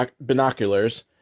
binoculars